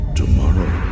tomorrow